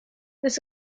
this